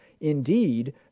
Indeed